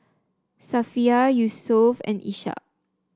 Safiya Yusuf and Ishak